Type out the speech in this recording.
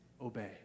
obey